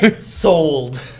sold